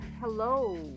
hello